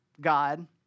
God